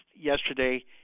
yesterday –